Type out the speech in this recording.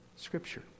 Scripture